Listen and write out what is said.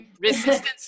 resistance